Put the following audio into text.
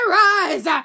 rise